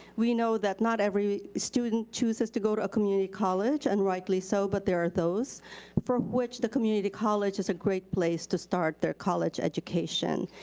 we know that not every student chooses to go to a community college, and rightly so. but there are those for which the community college is a great place to start their college education.